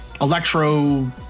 electro